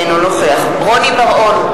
אינו נוכח רוני בר-און,